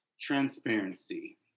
Transparency